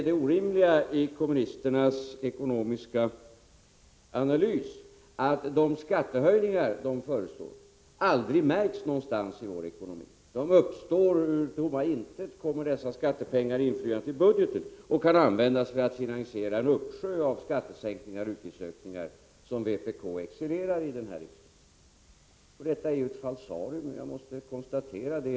Det orimliga i kommunisternas ekonomiska analys är hela tiden att de skattehöjningar ni föreslår aldrig märks någonstans i vår ekonomi. Ur tomma intet kommer dessa skattepengar inflygande till budgeten och kan användas för att finansiera en uppsjö av skattesänkningar och utgiftsökningar, som vpk excellerar i här i riksdagen. Detta är ett falsarium.